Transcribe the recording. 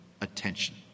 attention